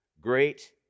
Great